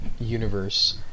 universe